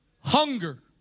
Hunger